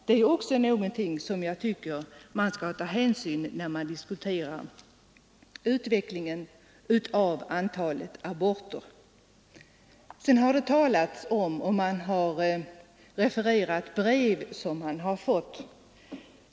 Det hör också till bilden när man diskuterar utvecklingen i fråga om antalet aborter. Vidare har man refererat brev som man har fått.